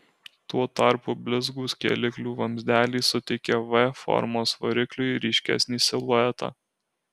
tuo tarpu blizgūs kėliklių vamzdeliai suteikia v formos varikliui ryškesnį siluetą